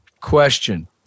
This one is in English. Question